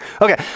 Okay